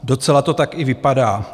Docela to tak i vypadá.